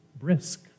brisk